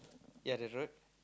ya the road